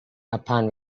upon